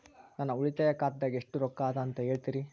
ನನ್ನ ಉಳಿತಾಯ ಖಾತಾದಾಗ ಎಷ್ಟ ರೊಕ್ಕ ಅದ ಅಂತ ಹೇಳ್ತೇರಿ?